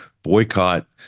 Boycott